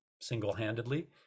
single-handedly